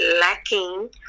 lacking